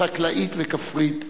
חקלאית וכפרית,